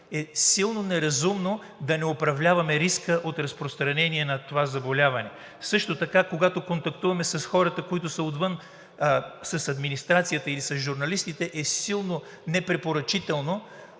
е силно неразумно да не управляваме риска от разпространение на това заболяване. Също така, когато контактуваме с хората, които са отвън, с администрацията или с журналистите, е силно непрепоръчително